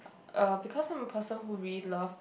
uh because I'm a person who really love